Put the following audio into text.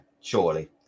Surely